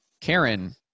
Karen